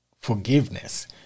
forgiveness